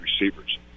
receivers